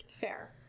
Fair